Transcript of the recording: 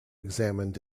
examined